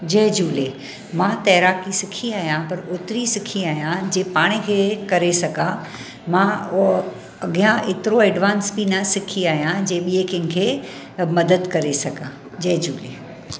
जय झूले मां तैराकी सिखी आहियां पर ओतरी सिखी आहियां जे पाण खे तरे सघां मां उहो अॻियां एतिरो एडवांस बि न सिखी आहियां जे ॿिए कंहिंखे अ मदद करे सघां जय झूले